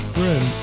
Friend